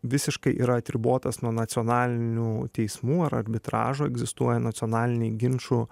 visiškai yra atribotas nuo nacionalinių teismų ar arbitražų egzistuoja nacionaliniai ginčų